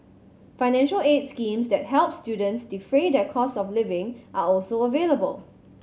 financial aid schemes that help students defray their costs of living are also available